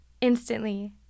instantly